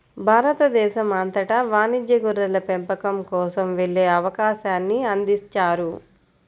భారతదేశం అంతటా వాణిజ్య గొర్రెల పెంపకం కోసం వెళ్ళే అవకాశాన్ని అందించారు